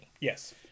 yes